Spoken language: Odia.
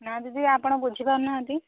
ନା ଦିଦି ଆପଣ ବୁଝିପାରୁନାହାଁନ୍ତି